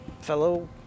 fellow